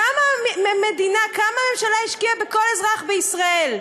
כמה המדינה, כמה הממשלה השקיעה בכל אזרח בישראל?